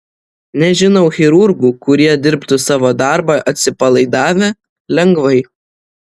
nežinau chirurgų kurie dirbtų savo darbą atsipalaidavę lengvai